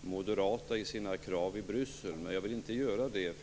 moderat i sina krav i Bryssel, men jag vill inte göra det.